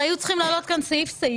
היו צריכים להעלות כאן סעיף-סעיף.